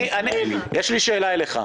יש לי שאלה אליך: